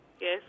Yes